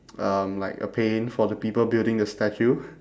um like a pain for the people building the statue